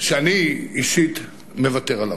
שאני אישית מוותר עליו.